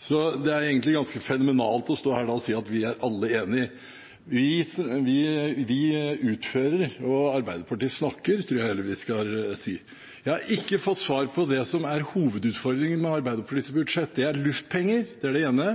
Så det er egentlig ganske fenomenalt da å stå her og si at vi er alle enige. Vi utfører og Arbeiderpartiet snakker, tror jeg heller vi skal si. Jeg har ikke fått svar på det som er hovedutfordringen med Arbeiderpartiets budsjett. Det er luftpenger, det er det ene.